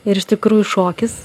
ir iš tikrųjų šokis